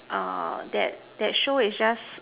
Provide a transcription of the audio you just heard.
that that show is just